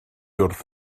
wrth